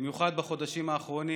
במיוחד בחודשים האחרונים.